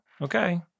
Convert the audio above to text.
okay